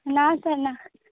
ନା ସାର୍ ନା